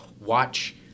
watch